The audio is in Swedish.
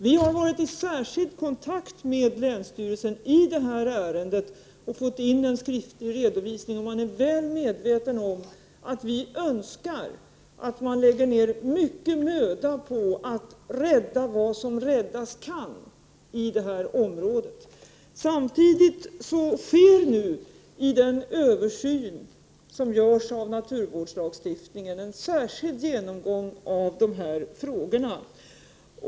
Vi har varit i särskild kontakt med länsstyrelsen i ärendet och fått en skriftlig redovisning. Man är väl medveten om att vi önskar att man lägger ner mycken möda på att rädda vad som räddas kan i det här området. Samtidigt sker nu i översynen av naturvårdslagstiftningen en särskild genomgång av dessa frågor.